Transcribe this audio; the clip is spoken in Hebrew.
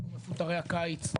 מפוטרי הקיץ,